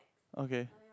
okay